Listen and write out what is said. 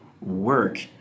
work